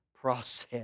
process